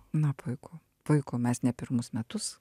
na puiku puiku mes ne pirmus metus